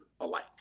alike